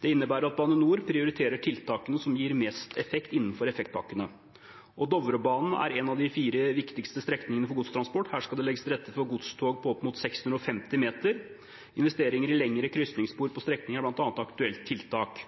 Det innebærer at Bane NOR prioriterer tiltakene som gir mest effekt innenfor effektpakkene. Dovrebanen er en av de fire viktigste strekningene for godstransport. Her skal det legges til rette for godstog på opp mot 650 meter. Investeringer i lengre krysningsspor på strekninger er bl.a. et aktuelt tiltak.